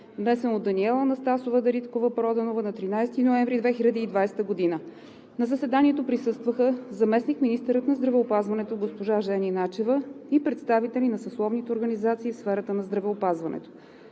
внесен от Даниела Анастасова Дариткова-Проданова на 13 ноември 2020 г. На заседанието присъстваха заместник-министърът на здравеопазването госпожа Жени Начева и представители на съсловните организации в сферата на здравеопазването.